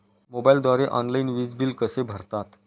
मोबाईलद्वारे ऑनलाईन वीज बिल कसे भरतात?